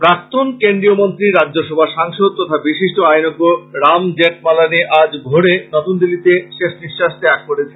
প্রাক্তন কেন্দ্রীয় মন্ত্রী রাজ্যসভার সাংসদ তথা বিশিষ্ট আইনজ্ঞ রাম জেঠমালানী আজ ভোরে নতুনদিল্লীতে শেষ নিঃশ্বাষ ত্যাগ করেছেন